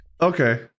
Okay